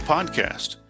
Podcast